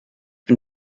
bin